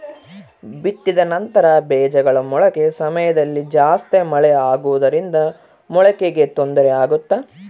ಬಿತ್ತಿದ ನಂತರ ಬೇಜಗಳ ಮೊಳಕೆ ಸಮಯದಲ್ಲಿ ಜಾಸ್ತಿ ಮಳೆ ಆಗುವುದರಿಂದ ಮೊಳಕೆಗೆ ತೊಂದರೆ ಆಗುತ್ತಾ?